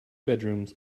bedrooms